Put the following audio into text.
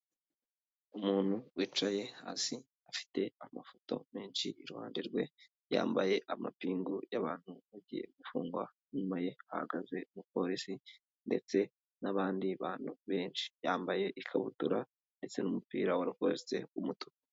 Umuntu wicaye hasi afite amafoto menshi iruhande rwe, yambaye amapingu y'abantu bagiye gufungwa, inyuma ye hahagaze umupolisi ndetse n'abandi bantu benshi, yambaye ikabutura ndetse n'umupira wa rakosite w'umutuku.